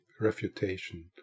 refutation